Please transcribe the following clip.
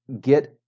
get